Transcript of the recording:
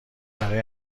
برای